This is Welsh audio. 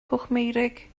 pwllmeurig